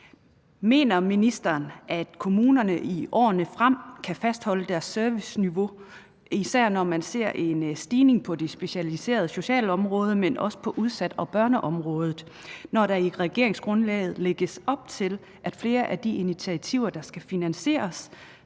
Mener ministeren, at kommunerne i årene fremover kan fastholde deres serviceniveau, især når man ser en stigning på det specialiserede socialområde, men også på udsatte- og børneområdet, når der i regeringsgrundlaget lægges op til, at flere af de initiativer, der skal finansieres,